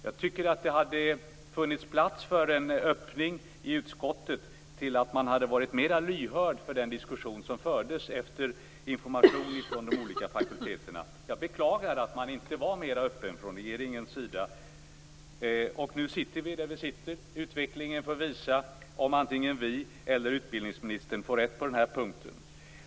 Jag tycker att det borde ha funnits plats för en öppning i utskottet till att vara mera lyhörd för den diskussion som fördes efter information från de olika fakulteterna. Jag beklagar också att man inte var mera öppen från regeringens sida. Nu sitter vi där vi sitter. Utvecklingen får visa om vi eller utbildningsministern får rätt på den här punkten.